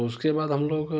उसके बाद हम लोग